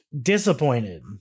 Disappointed